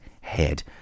head